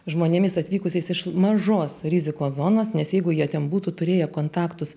žmonėmis atvykusiais iš mažos rizikos zonos nes jeigu jie ten būtų turėję kontaktus